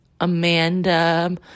Amanda